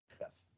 Yes